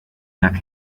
myaka